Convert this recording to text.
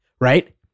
right